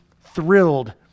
thrilled